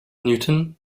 newton